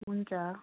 हुन्छ